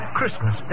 Christmas